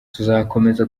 tuzakomeza